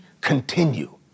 Continue